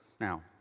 Now